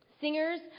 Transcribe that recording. Singers